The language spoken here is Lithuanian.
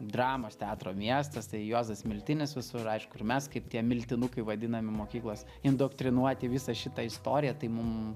dramos teatro miestas tai juozas miltinis visur aišku ir mes kaip tie miltinukai vadinami mokyklos indoktrinuoti į visą šitą istoriją tai mum